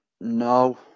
no